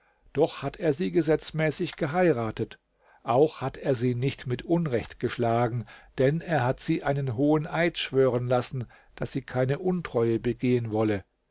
doch hat er sie gesetzmäßig geheiratet auch hat er sie nicht mit unrecht geschlagen denn er hat sie einen hohen eid schwören lassen daß sie keine untreue begehen wolle